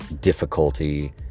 difficulty